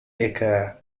aka